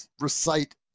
recite